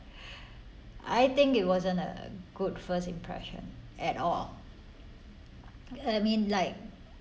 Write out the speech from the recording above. I think it wasn't a good first impression at all I mean like